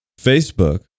Facebook